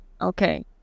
Okay